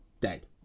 dead